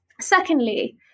Secondly